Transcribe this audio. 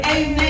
Amen